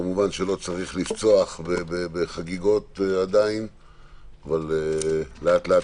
כמובן לא צריך לפצוח בחגיגות עדיין אבל לאט לאט